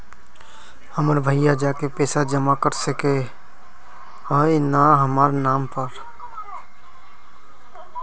हमर भैया जाके पैसा जमा कर सके है न हमर नाम पर?